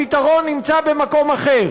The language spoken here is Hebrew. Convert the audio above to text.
הפתרון נמצא במקום אחר,